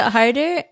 harder